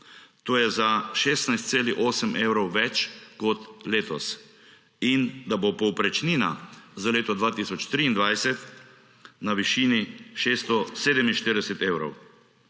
to je za 16,8 evrov več kot letos, in da bo povprečnina za leto 2023 na višini 647 evrov.